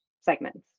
segments